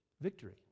Victory